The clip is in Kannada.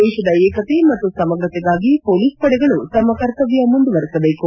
ದೇಶದ ಏಕತೆ ಮತ್ತು ಸಮಗ್ರತೆಗಾಗಿ ಮೊಲೀಸ್ ಪಡೆಗಳು ತಮ್ಮ ಕರ್ತವ್ಯ ಮುಂದುವರೆಸಬೇಕು